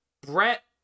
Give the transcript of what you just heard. Brett